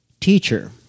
Teacher